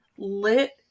lit